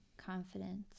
confidence